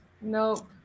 No